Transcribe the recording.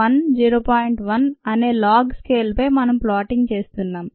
1 అనే లాగ్ స్కేలుపై మనం ప్లాటింగ్ చేస్తున్నాం